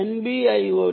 NB IoT